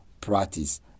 practice